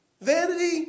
Vanity